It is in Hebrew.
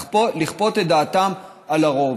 כופות את דעתם על הרוב.